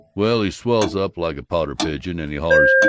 well, he swells up like a pouter-pigeon and he hollers,